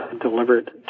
delivered